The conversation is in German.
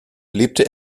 lebte